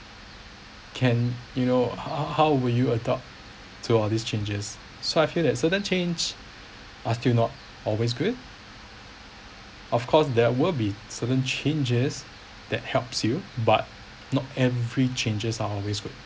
can you know how how how will you adopt to all these changes so I feel that certain change are still not always good of course there will be certain changes that helps you but not every changes are always good